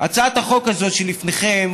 הצעת החוק הזאת שלפניכם,